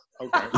Okay